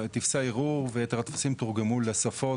טפסי הערעור ויתר הטפסים תורגמו לשפות